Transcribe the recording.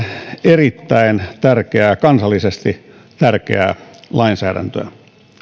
erittäin tärkeää kansallisesti tärkeää lainsäädäntöä olen